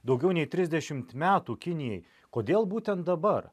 daugiau nei trisdešimt metų kinijai kodėl būtent dabar